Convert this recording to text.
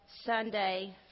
Sunday